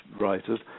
writers